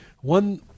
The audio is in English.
one